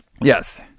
yes